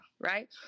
right